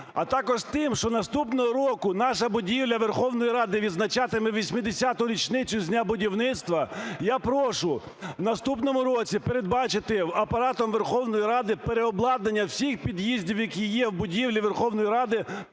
а також тим, що наступного року наша будівля Верховної Ради відзначатиме 80-у річницю з дня будівництва, я прошу в наступному році передбачити Апаратом Верховної Ради переобладнання всіх під'їздів, які є в будівлі Верховної Ради,